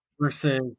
versus